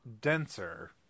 denser